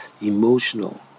emotional